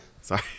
Sorry